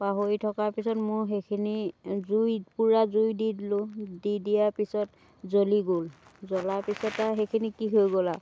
পাহৰি থকাৰ পিছত মোৰ সেইখিনি জুই পুৰা জুই দি দিলোঁ দি দিয়াৰ পিছত জ্বলি গ'ল জ্বলাৰ পিছত আৰু সেইখিনি কি হৈ গ'ল আৰু